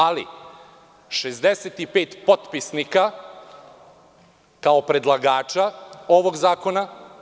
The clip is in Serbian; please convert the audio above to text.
Ali, 65 potpisnika kao predlagača ovog zakona…